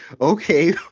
okay